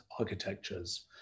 architectures